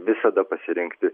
visada pasirinkti